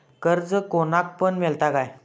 कर्ज कोणाक पण मेलता काय?